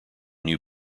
new